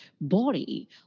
body